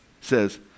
says